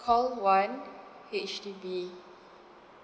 call one H_D_B